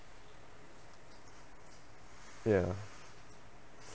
ya